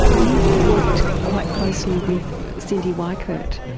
you've worked quite closely with cyndi weickert.